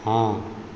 हाँ